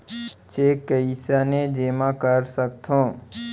Cheque कईसने जेमा कर सकथो?